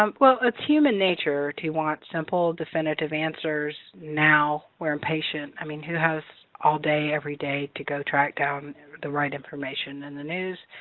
um well it's human nature to want simple definitive answers now. we're impatient. i mean, who has all day every day to go track down the right information in and the news?